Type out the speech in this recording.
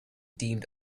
deemed